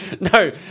No